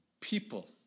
people